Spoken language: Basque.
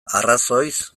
arrazoiz